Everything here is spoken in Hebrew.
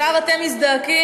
ישר אתם מזדעקים,